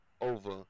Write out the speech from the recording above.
over